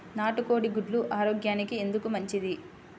నాటు కోడి గుడ్లు ఆరోగ్యానికి ఎందుకు మంచిది?